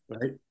right